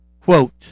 Quote